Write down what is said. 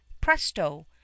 presto